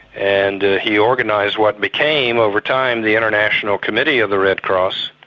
and he organised what became, over time, the international committee of the red cross.